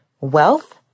wealth